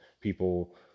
people